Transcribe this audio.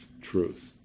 truth